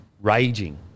raging